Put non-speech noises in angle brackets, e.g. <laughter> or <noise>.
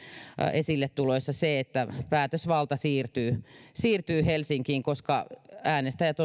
esilletuloissa se että päätösvalta siirtyy siirtyy helsinkiin koska äänestäjät <unintelligible>